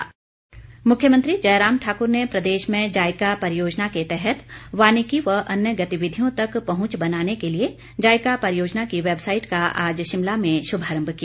मुख्यमंत्री मुख्यमंत्री जयराम ठाक्र ने प्रदेश में जायका परियोजना के तहत वानिकी व अन्य गतिविधियों तक पहुंच बनाने के लिए जायका परियोजना की वैबसाईट का आज शिमला में शुभारम्भ किया